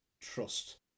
trust